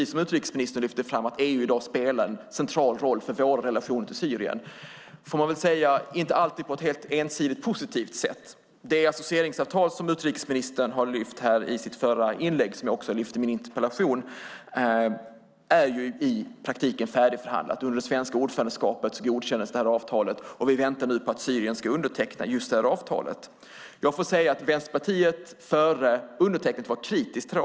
Som utrikesministern sade spelar EU en central roll för vår relation till Syrien, inte alltid ensidigt positivt. Det associeringsavtal som utrikesministern lyfte fram i sitt förra inlägg och som jag tog upp i min interpellation är i praktiken färdigbehandlat. Under det svenska ordförandeskapet godkändes avtalet. Vi väntar nu på att Syrien ska underteckna det. Vänsterpartiet var kritiskt till avtalet före undertecknandet.